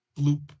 bloop